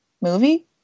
movie